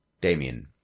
Damien